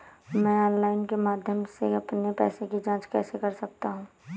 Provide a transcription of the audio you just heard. मैं ऑनलाइन के माध्यम से अपने पैसे की जाँच कैसे कर सकता हूँ?